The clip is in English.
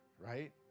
Right